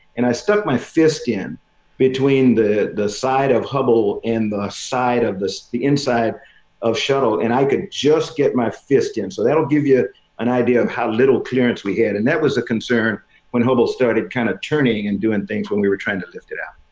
and i stuck my fist in between the the side of hubble and the side of the the inside of shuttle, and i could just get my fist in. so that'll give you an idea of how little clearance we had. and that was a concern when hubble started kind of turning and doing things when we were trying to lift it out.